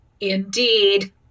Indeed